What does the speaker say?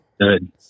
Good